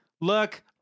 Look